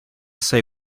say